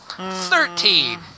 Thirteen